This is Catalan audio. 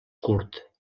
curt